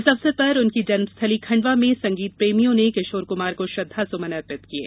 इस अवसर पर उनकी जन्म स्थली खण्डवा में संगीतप्रेमियों ने किशोर कुमार को श्रद्वासुमन अर्पित किये